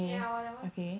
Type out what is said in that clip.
yeah whatever